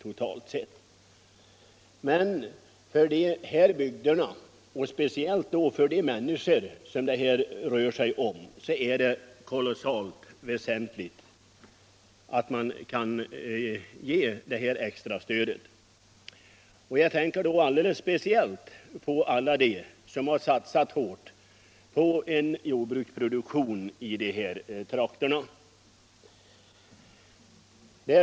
Och för de bygder och de människor som det här gäller är det mycket väsentligt att vi kan ge detta extra stöd. Härvid tänker jag alldeles speciellt på alla dem som har satsat hårt på jordbruksproduktion i dessa trakter.